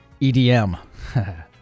EDM